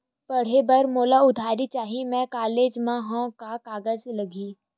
पढ़े बर मोला उधारी चाही मैं कॉलेज मा हव, का कागज लगही?